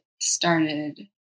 started